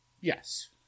Yes